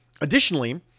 Additionally